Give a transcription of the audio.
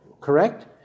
correct